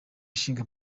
ishinga